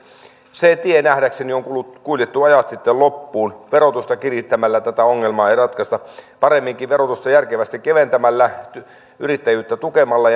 se tie nähdäkseni on kuljettu ajat sitten loppuun verotusta kiristämällä tätä ongelmaa ei ratkaista paremminkin verotusta järkevästi keventämällä yrittäjyyttä tukemalla